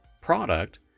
product